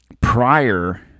prior